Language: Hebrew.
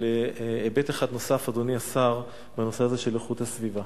להיבט אחד נוסף בנושא הזה של איכות הסביבה.